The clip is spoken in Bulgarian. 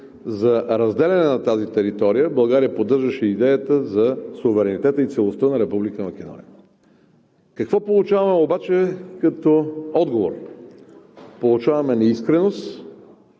за разделяне на тази територия, България поддържаше идеята за суверенитета и целостта на Република Македония. Какво получаваме обаче като отговор? Получаваме неискреност,